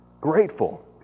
grateful